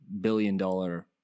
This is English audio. billion-dollar